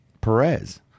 Perez